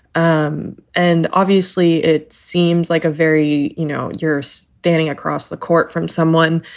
um and obviously, it seems like a very you know, you're standing across the court from someone,